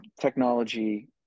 technology